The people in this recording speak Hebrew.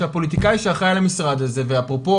שהפוליטיקאי שאחראי על המשבר הזה ואפרופו